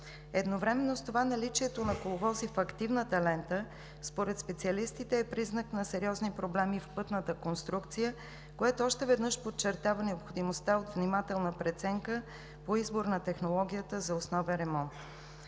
Едновременно с това наличието на коловози в активната лента според специалистите е признак на сериозни проблеми в пътната конструкция, което още веднъж подчертава необходимостта от внимателна преценка по избор на технологията за основен ремонт.